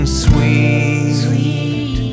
sweet